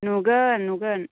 नुगोन नुगोन